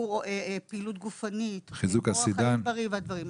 פעילות גופנית, אורח חיים בריא והדברים האלה.